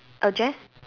address